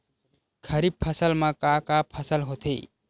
खरीफ फसल मा का का फसल होथे?